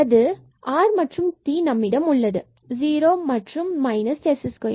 r and t நம்மிடம் உள்ளது 0 and minus s2